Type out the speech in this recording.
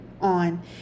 on